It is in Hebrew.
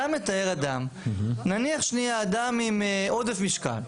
אתה מתאר אדם, נניח שנייה אדם עם עודף משקל.